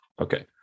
Okay